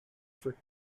for